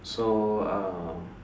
so um